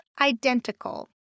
identical